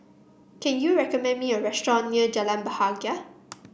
can you recommend me a restaurant near Jalan Bahagia